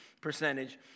percentage